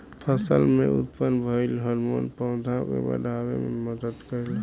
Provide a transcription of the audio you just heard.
फसल में उत्पन्न भइल हार्मोन पौधा के बाढ़ावे में मदद करेला